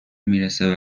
میرسه